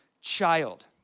child